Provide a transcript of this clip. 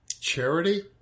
Charity